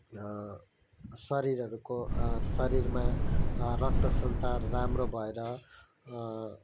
शरीरहरूको शरीरमा रक्त सञ्चार राम्रो भएर